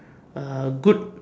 a good